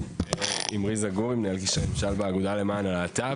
אמרי זגורי, מנהל קשרי ממשל באגודה למען הלהט"ב.